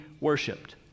worshipped